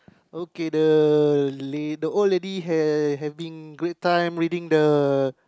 okay the la~ the old lady having great time reading the